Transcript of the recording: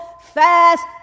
fast